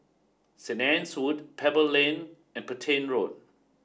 Saint Anne's Wood Pebble Lane and Petain Road